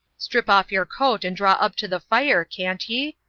strip off your coat, and draw up to the fire, can't ye?